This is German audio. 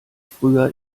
früher